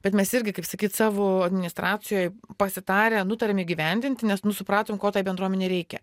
bet mes irgi kaip sakyt savo administracijoj pasitarę nutarėm įgyvendinti nes nu supratom ko tai bendruomenei reikia